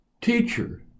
Teacher